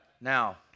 Now